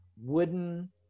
wooden